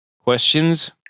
Questions